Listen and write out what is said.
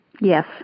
Yes